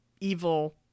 evil